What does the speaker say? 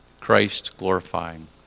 christ-glorifying